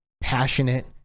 passionate